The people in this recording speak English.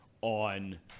on